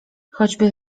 choćby